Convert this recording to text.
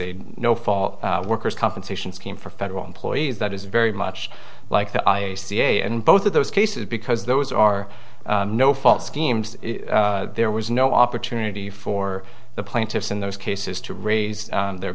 a no fault workers compensation scheme for federal employees that is very much like the i c a in both of those cases because those are no fault schemes there was no opportunity for the plaintiffs in those cases to raise their